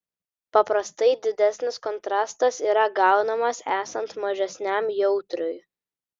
paprastai didesnis kontrastas yra gaunamas esant mažesniam jautriui